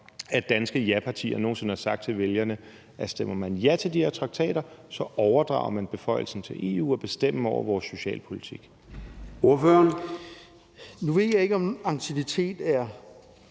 at danske japartier nogen sinde har sagt til vælgerne, at stemmer man ja til de her traktater, overdrager man beføjelsen til EU til at bestemme over vores socialpolitik. Kl. 16:22 Formanden (Søren Gade): Ordføreren.